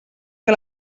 que